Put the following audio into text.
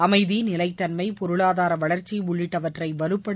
அமைதி நிலைத்தன்மை பொருளாதார வளர்ச்சி உள்ளிட்டவற்றை வலுப்படுத்த